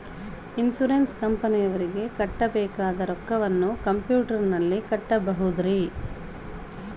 Insurance ಕಂಪನಿಯವರಿಗೆ ಕಟ್ಟಬೇಕಾದ ರೊಕ್ಕವನ್ನು ಕಂಪ್ಯೂಟರನಲ್ಲಿ ಕಟ್ಟಬಹುದ್ರಿ?